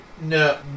no